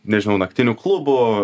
nežinau naktinių klubų